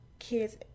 Kids